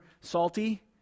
Salty